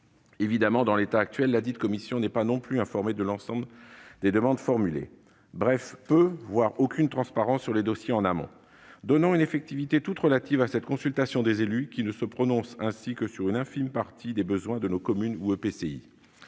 Évidemment, dans l'état actuel, celle-ci n'est pas non plus informée de l'ensemble des demandes formulées. Bref, il n'y a que peu de transparence, voire aucune, sur les dossiers en amont, donnant une effectivité toute relative à cette consultation des élus qui ne se prononcent ainsi que sur une infime partie des besoins de nos communes ou EPCI.